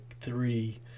three